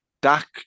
Dak